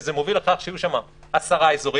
שזה מוביל לכך שיהיו שם 10 אזורים,